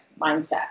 mindset